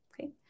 Okay